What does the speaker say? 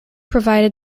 provided